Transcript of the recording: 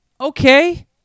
okay